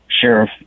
Sheriff